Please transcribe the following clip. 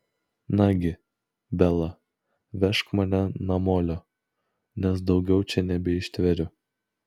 nagi bela vežk mane namolio nes daugiau čia nebeištveriu